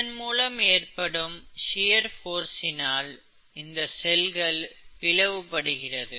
இதன் மூலம் ஏற்படும் ஷியர் போர்ஸ்சினால் இந்த செல்கள் பிளவு படுகிறது